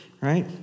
right